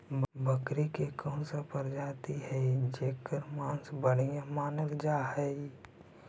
बकरी के कौन प्रजाति हई जेकर मांस के बढ़िया मानल जा हई?